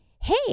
hey